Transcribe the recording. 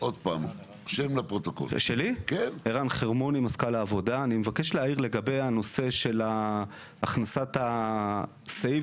אני מבקש להעיר לגבי הנושא של הכנסת הסעיף